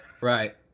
Right